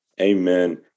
Amen